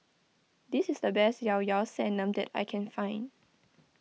this is the best Liao Liao Sanum that I can find